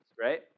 right